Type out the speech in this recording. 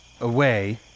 away